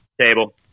Table